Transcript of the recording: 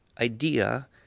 idea